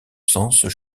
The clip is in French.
sens